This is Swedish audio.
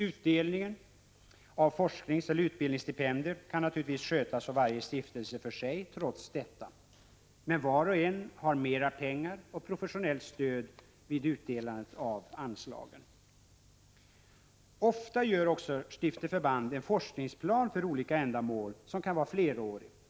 Utdelningen av forskningseller utbildningsstipendier kan naturligtvis trots detta skötas av varje stiftelse för sig, men var och en har mera pengar och professionellt stöd vid utdelandet av anslagen. Ofta gör också Stifterverband en forskningsplan för olika ändamål vilken kan vara flerårig.